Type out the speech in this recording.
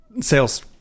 sales